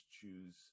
choose